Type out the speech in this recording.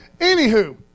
anywho